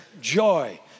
joy